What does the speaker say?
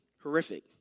horrific